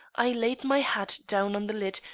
i laid my hat down on the lid,